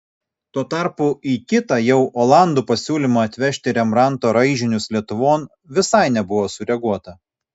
tuo tarpu į kitą jau olandų pasiūlymą atvežti rembrandto raižinius lietuvon visai nebuvo sureaguota